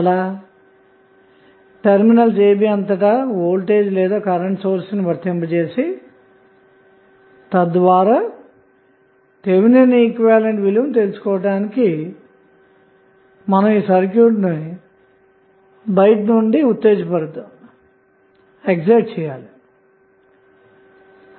అంటే terminals a b అంతటా voltage లేదా కరెంటు సోర్స్ ని వర్తింపజేసి తద్వారా థెవినిన్ ఈక్వివలెంట్ విలువను తెలుసుకోవడానికి మనం సర్క్యూట్ను బయటి నుండి ఉత్తేజపరచాలి